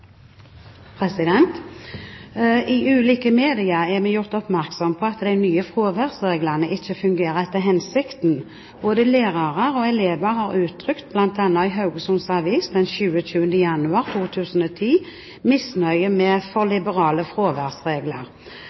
ulike media er vi gjort oppmerksom på at de nye fraværsreglene ikke fungerer etter hensikten. Både lærere og elever har uttrykt, blant annet i Haugesunds Avis 27. januar 2010, misnøye med for liberale fraværsregler.